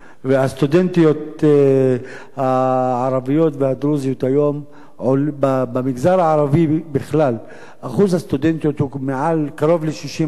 הסטודנטיות הערביות והדרוזיות היום במגזר הערבי בכלל הוא קרוב ל-60%,